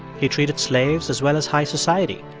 he treated slaves as well as high society.